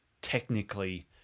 technically